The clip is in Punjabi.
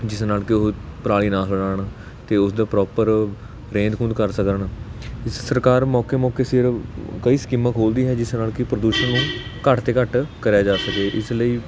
ਜਿਸ ਨਾਲ ਕਿ ਉਹ ਪਰਾਲੀ ਨਾ ਸਾੜਨ ਅਤੇ ਉਸਦੇ ਪ੍ਰੋਪਰ ਰਹਿੰਦ ਖੁੰਹਦ ਕਰ ਸਕਣ ਸਰਕਾਰ ਮੌਕੇ ਮੌਕੇ ਸਿਰ ਕਈ ਸਕੀਮਾਂ ਖੋਲ੍ਹਦੀ ਹੈ ਜਿਸ ਨਾਲ ਕਿ ਪ੍ਰਦੂਸ਼ਨ ਘੱਟ ਤੋਂ ਘੱਟ ਕਰਿਆ ਜਾ ਸਕੇ ਇਸ ਲਈ